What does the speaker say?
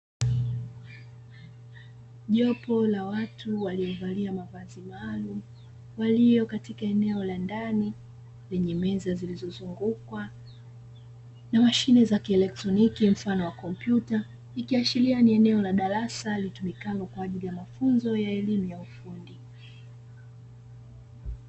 Jopo la watu waliovalia mavazi maalumu, walio katika eneo la ndani lenye meza zilizozungukwa na mashine za kielektroniki mfano wa kompyuta, ikiashiria ni eneo la darasa litumikalo kwa ajili ya mafunzo ya elimu ya ufundi.